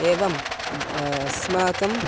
एवं ग् अस्माकम्